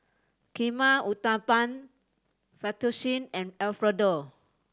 Kheema Uthapam Fettuccine and Alfredo